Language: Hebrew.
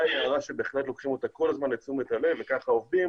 היא הערה שבהחלט לוקחים אותה כל הזמן לתשומת הלב וכך עובדים